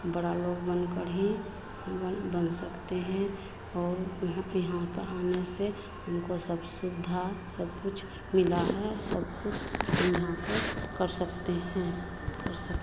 बड़ा लोग बनकर ही बन सकते हैं और यहाँ यहाँ के आने से हमको सब सुविधा सब कुछ मिला है सब कुछ हम यहाँ पर कर सकते हैं कर